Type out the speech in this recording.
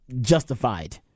justified